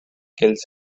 kills